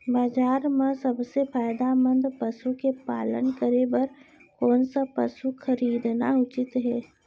बजार म सबसे फायदामंद पसु के पालन करे बर कोन स पसु खरीदना उचित हे?